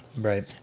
Right